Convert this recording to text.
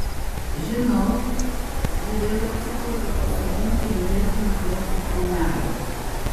žinau ji vėl atsiklaupė pasodinti violetinių flioksų krūmelio